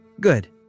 Good